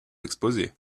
exposées